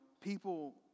people